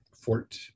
Fort